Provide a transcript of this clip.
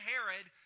Herod